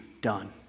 done